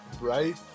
right